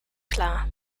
klar